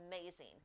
amazing